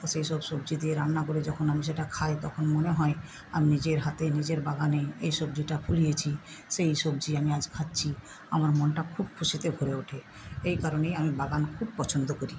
সেই সব সবজি দিয়ে রান্না করে যখন আমি সেটা খাই তখন মনে হয় আমি নিজের হাতে নিজের বাগানে এই সবজিটা ফলিয়েছি সেই সবজি আমি আজ খাচ্ছি আমার মনটা খুব খুশিতে ভরে ওঠে এই কারণেই আমি বাগান খুব পছন্দ করি